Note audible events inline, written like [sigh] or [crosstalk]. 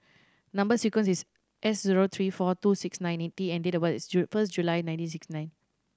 number sequence is S zero three four two six nine eight T and date of birth [unintelligible] is first July nineteen sixty nine